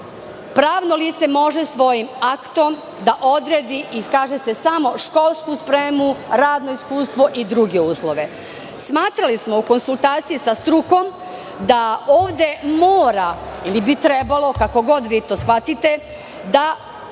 pravno lice može svojim aktom da odredi i, kaže se, samo školsku spremu, radno iskustvo i druge uslove. Smatrali smo, u konsultaciji sa strukom, da ovde mora ili bi trebalo, kako god vi to shvatite, da stoji